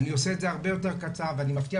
אני עושה את זה הרבה יותר קצר ואני מבטיח